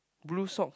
blue socks